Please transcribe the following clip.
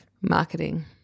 marketing